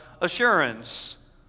assurance